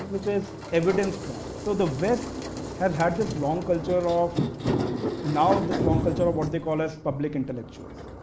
which is evidence-drawn. so, the west has had this long culture of now of this long culture or what they call as public intellectuals.